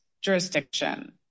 jurisdiction